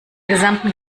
gesamten